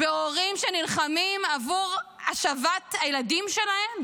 בהורים שנלחמים עבור השבת הילדים שלהם?